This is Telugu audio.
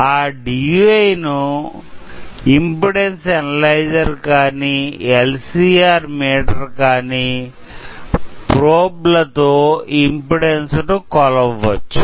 ఆ DUI ను ఇమ్పెడాన్సు అనలైజర్ కానీ ఎల్ సి ఆర్ మీటర్ కానీ ప్రోబ్లెతో ఇమ్పెడాన్సు ను కొలవవచ్చు